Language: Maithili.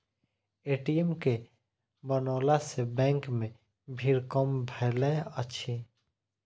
ए.टी.एम के बनओला सॅ बैंक मे भीड़ कम भेलै अछि